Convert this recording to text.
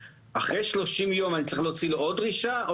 אחרי 30 ימים אני צריך להוציא לו עוד דרישה?